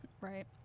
Right